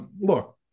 look